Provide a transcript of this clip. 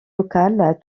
locales